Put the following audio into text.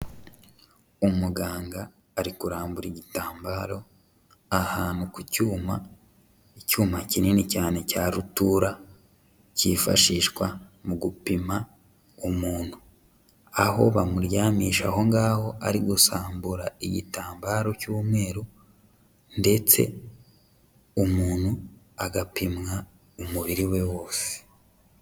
Umuganga ari kurambura igitambaro ahantu ku cyuma, icyuma kinini cyane cya rutura kifashishwa mu gupima umuntu, aho bamuryamisha aho ngaho ari gusambura igitambaro cy'umweru ndetse umuntu agapimwa umubiri we wose.